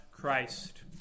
Christ